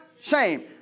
shame